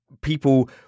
people